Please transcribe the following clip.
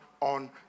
On